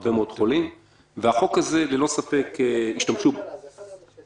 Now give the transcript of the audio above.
הרבה מאוד חולים וללא ספק ישתמשו בחוק הזה.